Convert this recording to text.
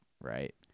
right